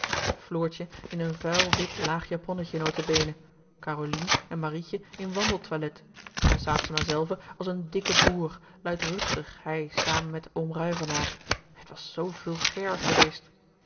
floortje in een vuil wit laag japonnetje nota bene caroline en marietje in wandeltoilet van saetzema zelve als een dikke boer luidruchtig hij samen met oom ruyvenaer het was zoo vulgair geweest